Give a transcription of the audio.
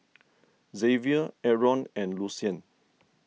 Xavier Aron and Lucien